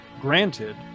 granted